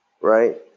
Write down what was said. right